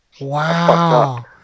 wow